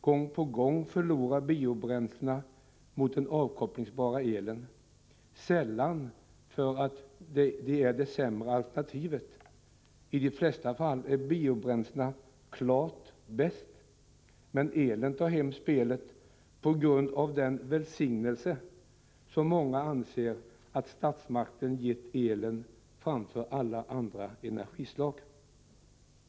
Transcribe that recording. Gång på gång förlorar biobränslena mot den avkopplingsbara elströmmen. Sällan sker detta på grund av att biobränslena är ett sämre alternativ. I de flesta fall är de klart bäst. Men elströmmen tar hem spelet på grund av den ”välsignelse” som många anser att statsmakten har gett den i förhållande till alla andra energislag.